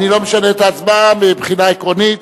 אני לא משנה את ההצבעה, מבחינה עקרונית.